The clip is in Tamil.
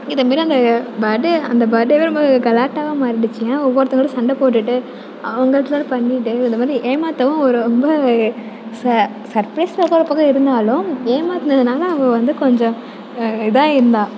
இத மாரி அந்த பர்த் டே அந்த பர்த் டேவே ரொம்பவே கலாட்டாவாக மாறிடுச்சு ஏன்னால் ஒவ்வொருத்தவங்களும் சண்டை போட்டுகிட்டு அவங்க எதாவது வந்து பண்ணிட்டே இது மாதிரி ஏமாற்றவும் அவள் ரொம்ப ச சர்பிரைஸ் பக்கம் ஒரு பக்கம் இருந்தாலும் ஏமாற்னதுனால அவள் வந்து கொஞ்சம் இதாக இருந்தாள்